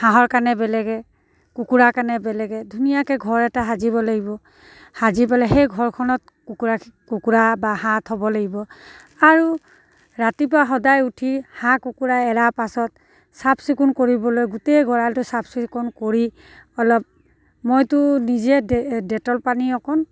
হাঁহৰ কাৰণে বেলেগে কুকুৰা কাৰণে বেলেগে ধুনীয়াকৈ ঘৰ এটা সাজিব লাগিব সাজি পেলাই সেই ঘৰখনত কুকুৰা কুকুৰা বা হাঁহ থ'ব লাগিব আৰু ৰাতিপুৱা সদায় উঠি হাঁহ কুকুৰা এৰা পাছত চাফ চিকুণ কৰিবলৈ গোটেই গঁৰালটো চাফ চিকুণ কৰি অলপ মইতো নিজে ডেটল পানী অকণ